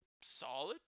solid